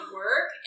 work